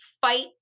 fight